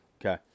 okay